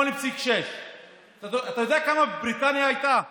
8.6%. אתה יודע כמה היא הייתה בבריטניה?